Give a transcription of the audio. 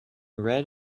red